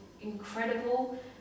incredible